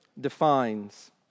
defines